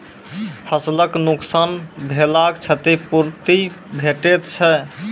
फसलक नुकसान भेलाक क्षतिपूर्ति भेटैत छै?